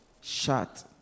shut